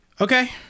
Okay